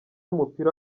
w’umupira